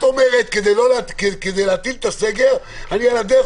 את אומרת: כדי להטיל את הסגר אני על הדרך